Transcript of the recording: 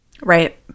Right